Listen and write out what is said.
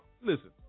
listen